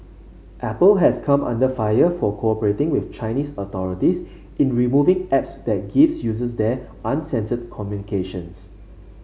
apple has come under fire for cooperating with Chinese authorities in removing apps that gives users there uncensored communications